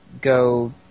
go